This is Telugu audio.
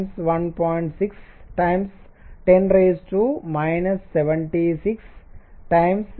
110 311